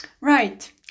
Right